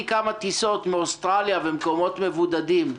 כמה טיסות מאוסטרליה וממקומות מבודדים.